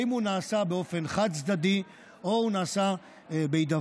האם הוא נעשה באופן חד-צדדי או הוא נעשה בהידברות,